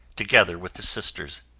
together with the sisters.